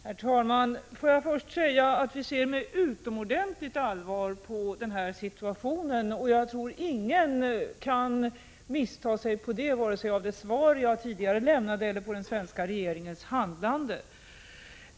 Herr talman! Får jag först säga att vi ser med utomordentligt allvar på den här situationen. Jag tror ingen kan missta sig på det, vare sig i det svar jag tidigare lämnade eller i den svenska regeringens handlande.